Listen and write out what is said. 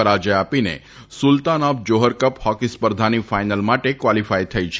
પરાજય આપીને Sultan of Johor Cup hockey સ્પર્ધાની ફાઇનલ માટે કવોલીફાઇવ થઇ છે